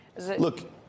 Look